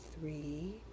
three